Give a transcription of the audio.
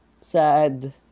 Sad